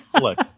look